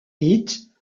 vite